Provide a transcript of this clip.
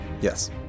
Yes